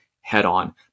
head-on